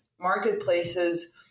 marketplaces